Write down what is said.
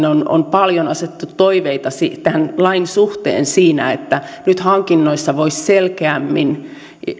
on on paljon asetettu toiveita tämän lain suhteen siitä että nyt sitten hankinnoissa voisi selkeämmin